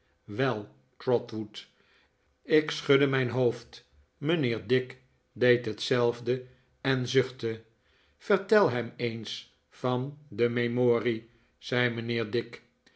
wel trotwood ik schudde mijn hoofd mijnheer dick deed hetzelfde en zuchtte vertel hem eens van de memorie zei mijnheer dick